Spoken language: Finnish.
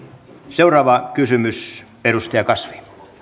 seuraava kysymys edustaja kasvi arvoisa